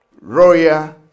Royal